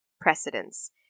precedence